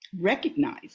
recognize